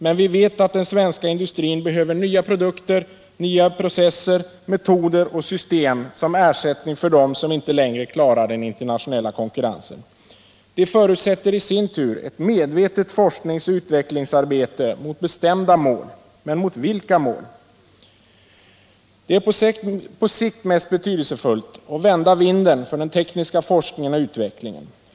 Men vi vet att den svenska industrin behöver nya produkter, nya processer, metoder och system som ersättning för dem som inte längre klarar den internationella konkurrensen. Det förutsätter i sin tur ett medvetet forskningsoch utvecklingsarbete mot bestämda mål. Men mot vilka mål? Det är på sikt mest betydelsefullt att vända vinden för den tekniska forskningen och utvecklingen.